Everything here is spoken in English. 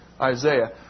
Isaiah